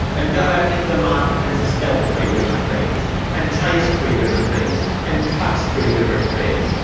and go out into the market and smell three different things and taste three different things and touch three different things.